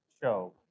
show